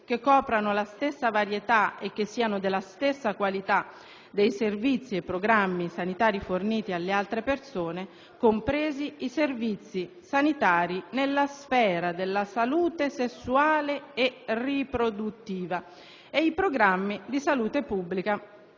che coprano la stessa varietà e che siano della stessa qualità dei servizi e programmi sanitari forniti alle altre persone, compresi i servizi sanitari nella sfera della salute sessuale e riproduttiva e i programmi di salute pubblica